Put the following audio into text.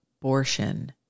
abortion